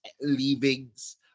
leavings